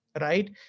right